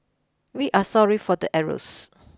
we are sorry for the errors